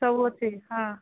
ସବୁ ଅଛି ହଁ